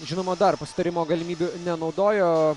žinoma dar pasitarimo galimybių nenaudojo